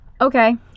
Okay